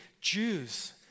Jews